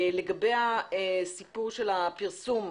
לגבי הסיפור של הפרסום,